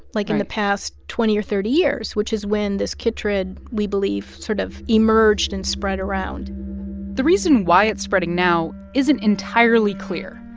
like, in the past twenty or thirty years, which is when this chytrid, we believe, sort of emerged and spread around the reason why it's spreading now isn't entirely clear.